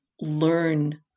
learn